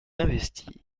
investi